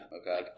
Okay